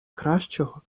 кращого